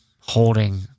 holding